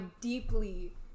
deeply